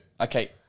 Okay